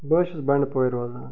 بہٕ حظ چھُس بنڈٕ پورِ روزان